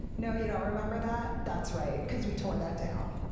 no, you don't remember that? that's right, because we tore that down.